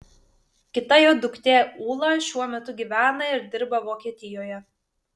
kita jo duktė ūla šiuo metu gyvena ir dirba vokietijoje